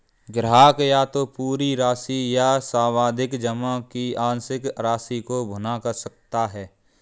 ग्राहक या तो पूरी राशि या सावधि जमा की आंशिक राशि को भुना सकता है